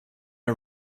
our